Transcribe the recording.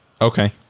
Okay